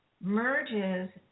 merges